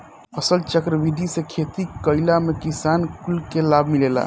फसलचक्र विधि से खेती कईला में किसान कुल के लाभ मिलेला